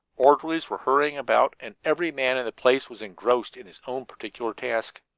orderlies were hurrying about, and every man in the place was engrossed in his own particular task.